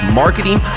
marketing